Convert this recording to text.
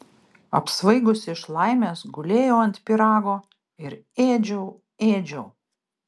apsvaigusi iš laimės gulėjau ant pyrago ir ėdžiau ėdžiau